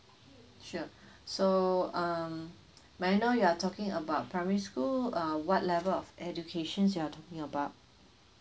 sure so um may I know you're talking about primary school uh what level of education you're talking about